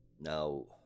Now